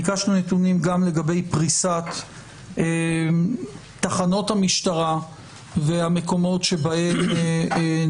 ביקשנו נתונים גם לגבי פריסת תחנות המשטרה והמקומות שבהם